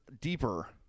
deeper